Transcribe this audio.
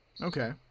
Okay